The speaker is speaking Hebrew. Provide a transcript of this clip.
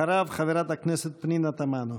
אחריו, חברת הכנסת פנינה תמנו.